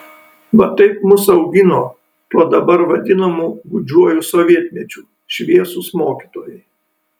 va taip mus augino tuo dabar vadinamu gūdžiuoju sovietmečiu šviesūs mokytojai